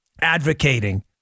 advocating